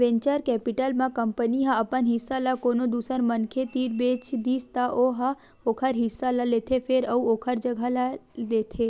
venture capital म company ह अपन हिस्सा ल कोनो दूसर मनखे तीर बेच दिस त ओ ह ओखर हिस्सा ल लेथे फेर अउ ओखर जघा ले लेथे